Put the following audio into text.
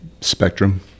spectrum